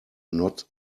not